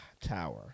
tower